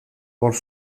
hor